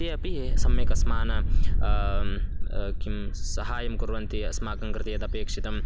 ते अपि सम्यक् अस्मान् किं सहायं कुर्वन्ति अस्माकं कृते यदपेक्षितं